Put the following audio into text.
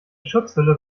schutzhülle